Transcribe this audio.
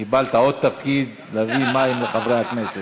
קיבלת עוד תפקיד, להביא מים לחברי הכנסת.